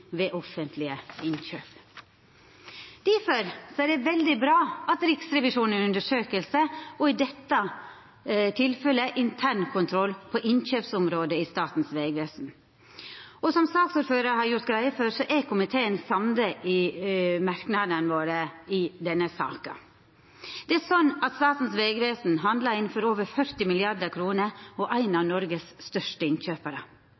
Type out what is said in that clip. ved offentlege innkjøp. Difor er det veldig bra at Riksrevisjonen undersøkjer, i dette tilfellet internkontroll på innkjøpsområdet i Statens vegvesen. Som saksordføraren har gjort greie for, er komiteen samla i merknadene våre i denne saka. Statens vegvesen handlar inn for over 40 mrd. kr og er ein av Noregs største innkjøparar.